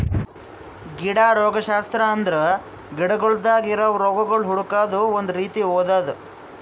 ಗಿಡ ರೋಗಶಾಸ್ತ್ರ ಅಂದುರ್ ಗಿಡಗೊಳ್ದಾಗ್ ಇರವು ರೋಗಗೊಳ್ ಹುಡುಕದ್ ಒಂದ್ ರೀತಿ ಓದದು